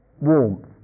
warmth